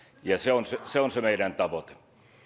se on se on se meidän tavoite